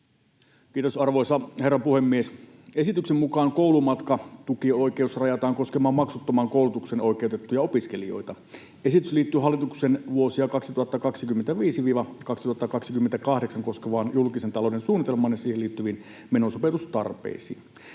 Kiitos, arvoisa herra puhemies! Esityksen mukaan koulumatkatukioikeus rajataan koskemaan maksuttomaan koulutukseen oikeutettuja opiskelijoita. Esitys liittyy hallituksen vuosia 2025—2028 koskevaan julkisen talouden suunnitelmaan ja siihen liittyviin menosopeutustarpeisiin.